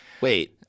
Wait